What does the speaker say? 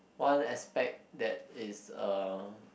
one aspect that is uh